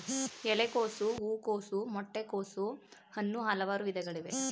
ಎಲೆಕೋಸು, ಹೂಕೋಸು, ಮೊಟ್ಟೆ ಕೋಸು, ಅನ್ನೂ ಹಲವಾರು ವಿಧಗಳಿವೆ